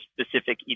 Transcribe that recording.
specific